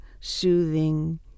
soothing